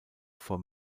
vor